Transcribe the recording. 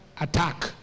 attack